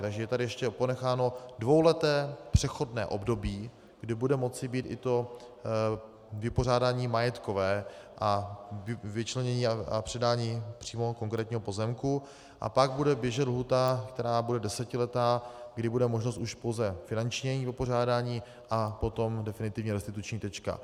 Takže je tady ještě ponecháno dvouleté přechodné období, kdy bude moci být i to vypořádání majetkové a vyčlenění a předání přímo konkrétního pozemku, a pak bude běžet lhůta, která bude desetiletá, kdy bude možnost už pouze finančního vypořádání a potom definitivně restituční tečka.